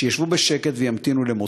שיישבו בשקט וימתינו למותם.